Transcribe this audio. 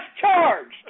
charged